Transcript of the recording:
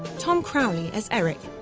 tom crowley as eric,